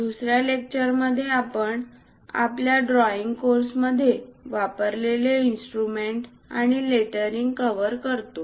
दुसर्या लेक्चरमध्ये आपण आपल्याड्रॉईंग कोर्समध्ये वापरलेले ड्रॉईंग इन्स्ट्रुमेंट्स आणि लेटरिंग कव्हर करतो